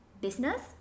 business